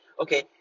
okay